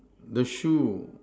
the shoe